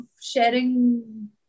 sharing